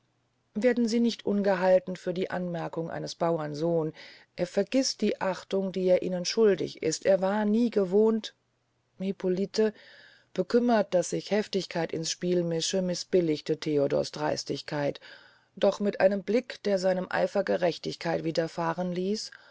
werden sie nicht ungehalten über die anmerkungen eines bauern sohns er vergißt die achtung die er ihnen schuldig ist er war nie gewohnt hippolite bekümmert daß sich heftigkeit ins spiel mische mißbilligte theodors dreistigkeit doch mit einem blick der seinem eifer gerechtigkeit wiederfahren ließ